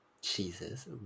jesus